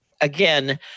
Again